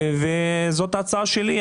זאת ההצעה שלי.